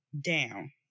down